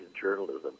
journalism